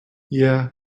yeah